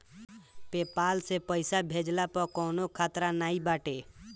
PayPal से पईसा भेजला पअ कवनो खतरा नाइ बाटे